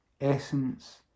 essence